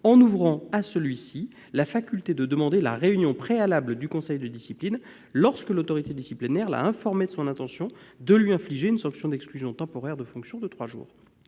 en ouvrant à celui-ci la faculté de demander la réunion préalable du conseil de discipline lorsque l'autorité disciplinaire l'a informé de son intention de lui infliger une sanction d'exclusion temporaire de fonctions de trois jours.